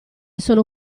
sono